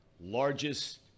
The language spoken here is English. largest